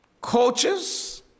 coaches